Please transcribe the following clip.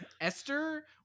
Esther